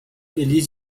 feliz